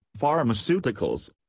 pharmaceuticals